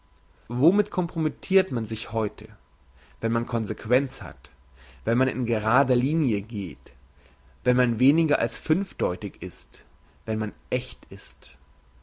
womit compromittirt man sich heute wenn man consequenz hat wenn man in gerader linie geht wenn man weniger als fünfdeutig ist wenn man echt ist